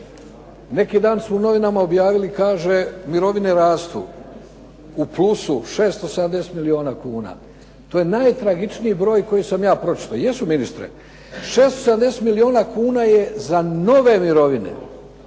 Neki dan su u novinama objavili kaže mirovine rastu, u plusu 670 milijuna kuna. to je najtragičniji broj koji sam ja pročitao. Jesu ministre, 670 milijuna kuna je za nove mirovine,